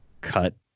cut